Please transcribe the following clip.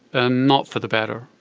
and not for the better.